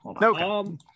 No